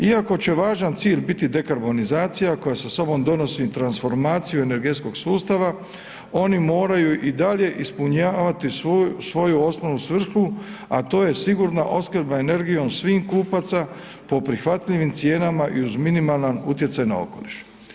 Iako će važan cilj biti dekarbonizacija koja sa sobom donosi transformaciju energetskog sustava, oni moraju i dalje ispunjavati svoju osnovnu svrhu, a to je sigurna opskrba energijom svih kupaca po prihvatljivim cijenama i uz minimalan utjecaj na okoliš.